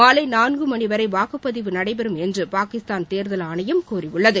மாலை நான்கு மணிவரை வாக்குப்பதிவு நடைபெறும் என்று பாகிஸ்தான் தேர்தல் ஆணையம் கூறியுள்ளது